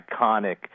iconic